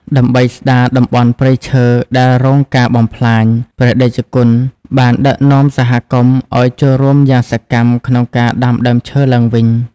ដើម្បីស្ដារតំបន់ព្រៃឈើដែលរងការបំផ្លាញ ព្រះតេជគុណបានដឹកនាំសហគមន៍ឱ្យចូលរួមយ៉ាងសកម្មក្នុងការដាំដើមឈើឡើងវិញ។